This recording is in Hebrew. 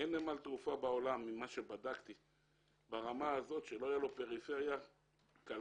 אין נמל תעופה בעולם ברמה הזאת שלא תהיה לו פריפריה כלכלית